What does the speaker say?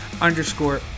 underscore